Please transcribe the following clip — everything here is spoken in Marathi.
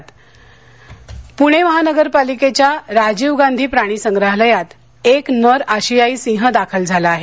आशियाई सिंह पुणे महानगरपालिकेच्या राजीव गांधी प्राणीसंग्रहालयात एक नर आशियाई सिंह दाखल झाला आहे